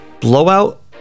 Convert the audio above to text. Blowout